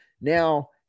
Now